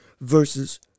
versus